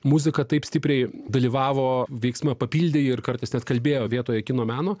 muzika taip stipriai dalyvavo veiksme papildė jį ir kartais net kalbėjo vietoje kino meno